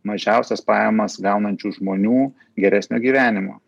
mažiausias pajamas gaunančių žmonių geresnio gyvenimo